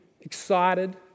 excited